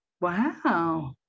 Wow